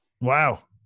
Wow